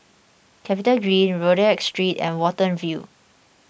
CapitaGreen Rodyk Street and Watten View